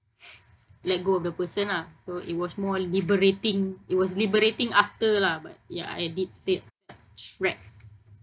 let go of the person lah so it was more liberating it was liberating after lah ya but I did felt trapped